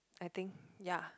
I think ya